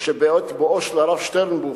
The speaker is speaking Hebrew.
שבעת בואו של הרב שטרנבוך,